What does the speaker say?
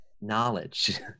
knowledge